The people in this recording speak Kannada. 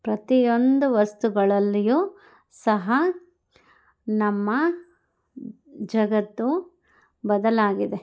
ಪ್ರತಿಯೊಂದು ವಸ್ತುಗಳಲ್ಲಿಯೂ ಸಹ ನಮ್ಮ ಜಗತ್ತು ಬದಲಾಗಿದೆ